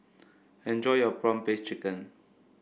enjoy your prawn paste chicken